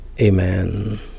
Amen